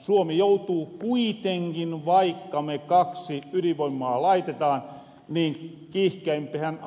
suomi joutuu kuitenkin vaikka me kaksi ydinvoimaa laitetaan niin kiihkeimpähän